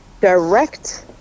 direct